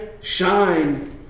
shine